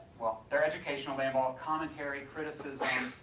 they're educational, they involve commentary, criticism,